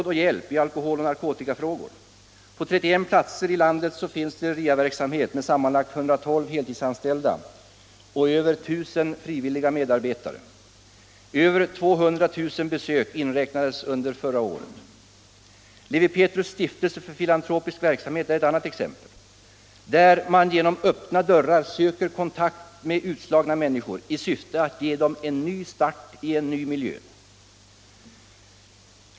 Och Levi Pethrus stiftelse för filantropisk verksamhet är ett annat exempel, där man genom öppna dörrar söker kontakt med utslagna män niskor i syfte att ge dem en ny start i en ny miljö.